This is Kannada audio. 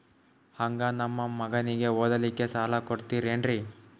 ಹಂಗ ನಮ್ಮ ಮಗನಿಗೆ ಓದಲಿಕ್ಕೆ ಸಾಲ ಕೊಡ್ತಿರೇನ್ರಿ?